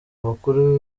abakuru